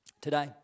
today